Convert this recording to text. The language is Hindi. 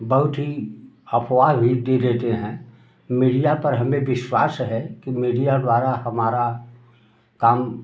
बहुत ही अफवाह भी दे देते हैं मीडिया पर हमें बिश्वास है कि मीडिया द्वारा हमारा काम